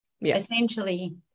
essentially